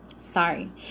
Sorry